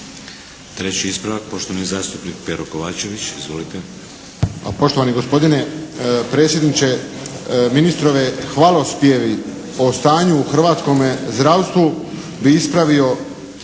Treći ispravak poštovani zastupnik Pero Kovačević. Izvolite! **Kovačević, Pero (HSP)** Pa, poštovani gospodine predsjedniče, ministrovi hvalospjevi o stanju u hrvatskome zdravstvu bi ispravio